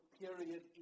period